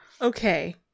Okay